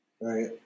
Right